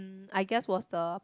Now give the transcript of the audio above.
mm I guess was the